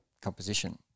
composition